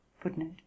Footnote